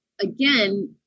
again